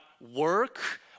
work